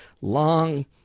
long